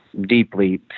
deeply